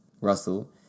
Russell